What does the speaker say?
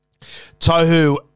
Tohu